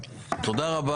שעלה בידינו.